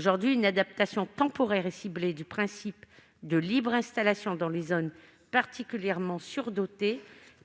Si une adaptation temporaire et ciblée du principe de libre installation dans les zones particulièrement surdotées